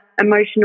emotional